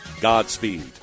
Godspeed